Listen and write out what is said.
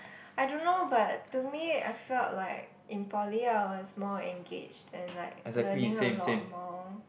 I don't know but to me I felt like in poly I was more engaged and like learning a lot more